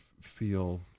feel